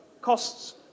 costs